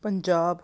Punjab